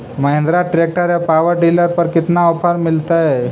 Mahindra tractor या power dealer पर कितना ओफर मीलेतय?